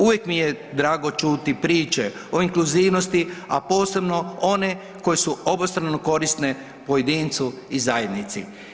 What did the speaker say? Uvijek mi je drago čuti priče o inkluzivnosti, a posebno one koje su obostrano korisne pojedincu i zajednici.